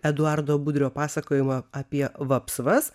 eduardo budrio pasakojimo apie vapsvas